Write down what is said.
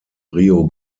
rio